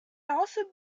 also